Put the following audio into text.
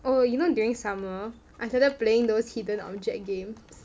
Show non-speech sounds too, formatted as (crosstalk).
oh you know during summer I started playing those hidden object games (laughs)